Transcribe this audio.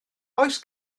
oes